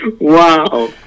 Wow